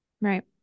right